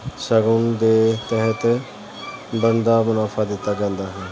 ਸ਼ਗੁਨ ਦੇ ਤਹਿਤ ਬਣਦਾ ਮੁਨਾਫਾ ਦਿੱਤਾ ਜਾਂਦਾ ਹੈ